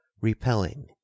repelling